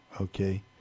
Okay